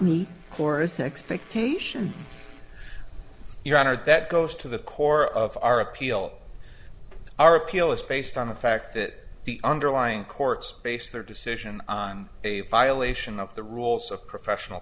an expectation your honor that goes to the core of our appeal our appeal is based on the fact that the underlying courts base their decision on a violation of the rules of professional